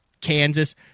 kansas